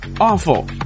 awful